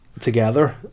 Together